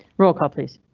roll call please.